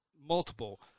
multiple